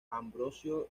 ambrosio